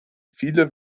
viele